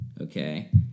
okay